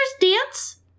dance